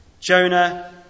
Jonah